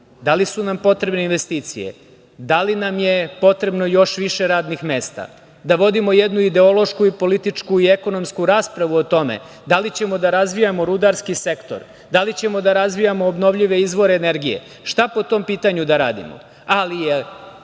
da li su nam potrebne investicije, da li nam je potrebno još više radnih mesta, da vodimo jednu ideološku, političku i ekonomsku raspravu o tome da li ćemo da razvijamo rudarski sektor, da li ćemo da razvijamo obnovljive izvore energije, šta po tom pitanju da radimo.